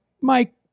Mike